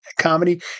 comedy